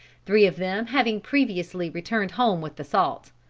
three of them having previously returned home with the salt.